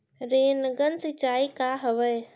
Rain gun सिंचाई का हवय?